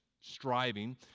striving